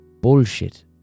bullshit